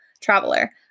traveler